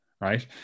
Right